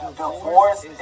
divorce